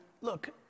look